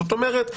זאת אומרת,